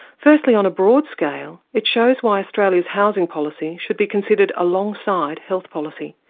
firstly on a broad scale it shows why australia's housing policy should be considered alongside health policy,